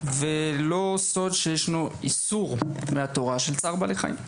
ולא סוד שישנו איסור מהתורה של צער בעלי חיים.